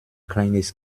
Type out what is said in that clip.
kleines